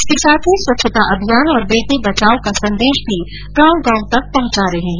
इसके साथ ही स्वच्छता अभियान और बेटी बचाओ का संदेश भी गांव गांव तक पहुंचा रहे हैं